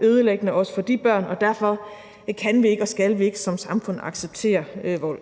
ødelæggende også for de børn, og derfor kan og skal vi ikke som samfund acceptere vold.